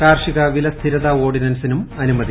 കാർഷിക് വീലസ്ഥിരതാ ഓർഡിനൻസിനും അനുമതി